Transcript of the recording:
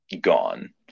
gone